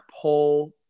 pull